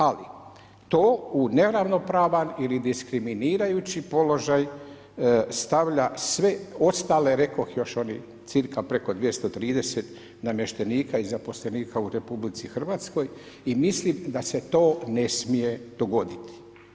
Ali, to u neravnopravan ili diskriminirajući položaj stavlja sve ostale rekoh još onih cca preko 230 namještenika i zaposlenika u RH i mislim da se to ne smije dogoditi.